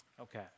Okay